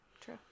True